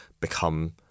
become